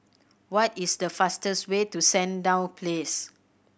what is the fastest way to Sandown Place